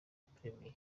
premien